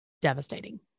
devastating